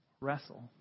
wrestle